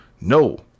No